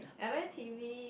I very timid